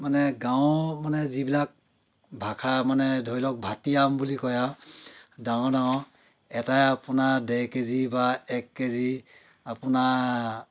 মানে গাঁও মানে যিবিলাক ভাষা মানে ধৰি লওক ভাটি আম বুলি কয় আৰু ডাঙৰ ডাঙৰ এটাই আপোনাৰ ডেৰ কেজি বা এক কেজি আপোনাৰ